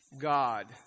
God